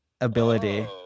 ability